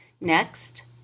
Next